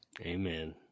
Amen